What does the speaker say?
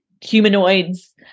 humanoids